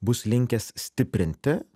bus linkęs stiprinti